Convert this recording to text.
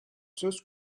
söz